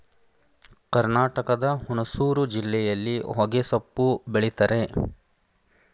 ಕರ್ನಾಟಕದ ಹುಣಸೂರು ಜಿಲ್ಲೆಯಲ್ಲಿ ಹೊಗೆಸೊಪ್ಪು ಬೆಳಿತರೆ